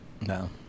No